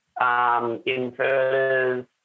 inverters